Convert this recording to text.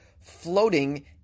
floating